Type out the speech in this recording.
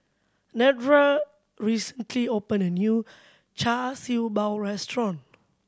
Nedra recently opened a new Char Siew Bao restaurant